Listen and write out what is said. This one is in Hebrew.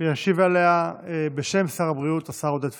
ישיב עליה, בשם שר הבריאות, השר עודד פורר.